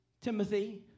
Timothy